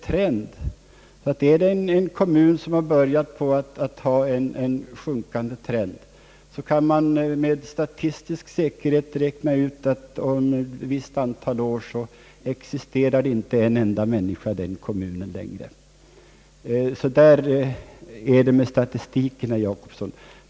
Har befolkningssiffrorna i en kommun börjat sjunka, kan man med denna statistiska metod räkna ut att om ett visst antal år finns inte en enda människa kvar i den kommunen. Så är det med statistiken i detta sammanhang, herr Jacobsson.